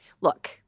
look